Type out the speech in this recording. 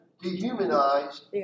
dehumanized